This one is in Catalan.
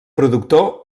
productor